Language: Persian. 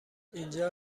اینجا